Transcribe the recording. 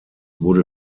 wurde